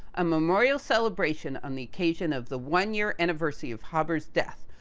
a memorial celebration on the occasion of the one year anniversary of haber's death,